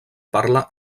parla